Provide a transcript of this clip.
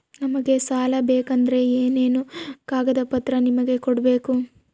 ನಮಗೆ ಸಾಲ ಬೇಕಂದ್ರೆ ಏನೇನು ಕಾಗದ ಪತ್ರ ನಿಮಗೆ ಕೊಡ್ಬೇಕು?